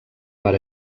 per